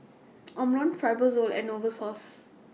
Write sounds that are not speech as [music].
[noise] Omron Fibrosol and Novosource